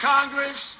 Congress